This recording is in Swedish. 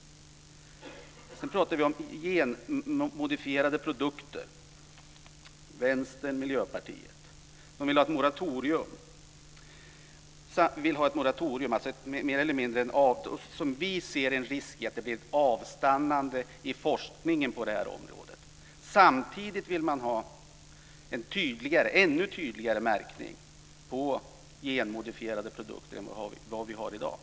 Sedan pratade vi om genmodifierade produkter. Vänstern och Miljöpartiet vill ha ett moratorium. Som vi ser det finns det en risk att forskningen avstannar på det här området. Samtidigt vill man ha en ännu tydligare märkning av genmodifierade produkter än vad vi har i dag.